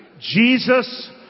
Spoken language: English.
Jesus